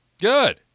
Good